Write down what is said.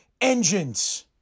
engines